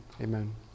Amen